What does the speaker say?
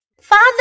Father